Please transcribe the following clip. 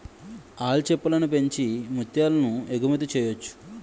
ఆల్చిప్పలను పెంచి ముత్యాలను ఎగుమతి చెయ్యొచ్చు